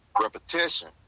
repetition